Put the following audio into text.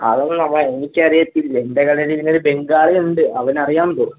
അതൊന്നും നമ്മളുടെ എനിക്കറിയത്തില്ല എൻ്റെ കടയിൽ ഒരു ബംഗാളി ഉണ്ട് അവനറിയാം എന്ന് തോന്നുന്നു